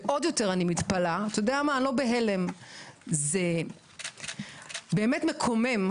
ועוד יותר אני מתפלאת, וזה באמת מקומם,